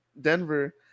Denver